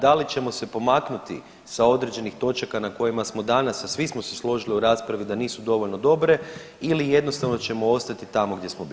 Da li ćemo se pomaknuti sa određenih točaka na kojima smo danas, a svi smo se složili u raspravi da nisu dovoljno dobre ili jednostavno ćemo ostati tamo gdje smo bili.